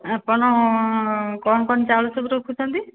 ଆପଣ କ'ଣ କ'ଣ ଚାଉଳ ସବୁ ରଖୁଛନ୍ତି